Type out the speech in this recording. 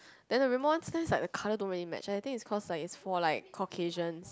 and the Rimmel one sometimes like the colour don't really match and I think its cause its for like Caucasians